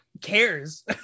cares